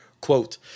quote